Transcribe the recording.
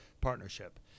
partnership